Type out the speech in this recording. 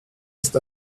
ist